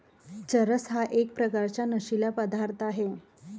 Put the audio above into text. चरस हा एक प्रकारचा नशीला पदार्थ आहे